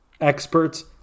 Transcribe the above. experts –